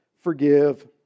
Forgive